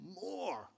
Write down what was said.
more